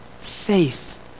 faith